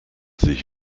sich